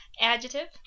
Adjective